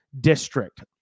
district